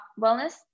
wellness